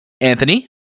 anthony